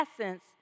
essence